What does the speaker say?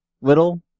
little